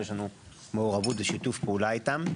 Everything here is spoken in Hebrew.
אבל יש לנו מעורבות ושיתוף פעולה איתם.